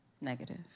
negative